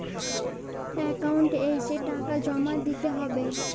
Account এসে টাকা জমা দিতে হবে?